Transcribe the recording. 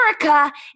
America